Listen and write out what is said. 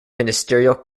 ministerial